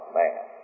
man